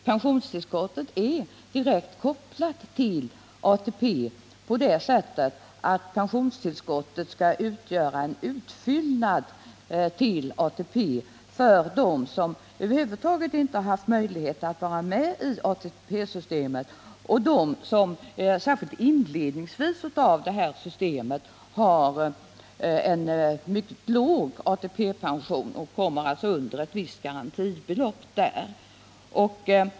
Pensionstillskottet är direkt kopplat till ATP på det sättet att pensionstillskottet skall utgöra en utfyllnad till ATP för dem som över huvud taget inte har haft möjlighet att vara med i ATP-systemet och för dem som särskilt i inledningen av ATP-systemet har en mycket låg ATP, som alltså understiger ett visst garantibelopp.